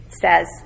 says